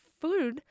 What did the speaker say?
food